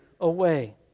away